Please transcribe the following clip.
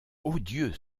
odieux